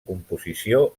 composició